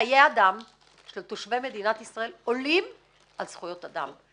חיי אדם של תושבי מדינת ישראל עולים על זכויות אדם,